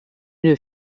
une